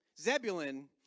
Zebulun